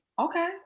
okay